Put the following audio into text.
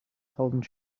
tausend